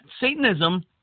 Satanism